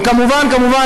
וכמובן כמובן,